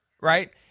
Right